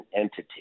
entity